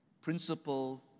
principle